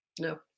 No